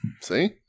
See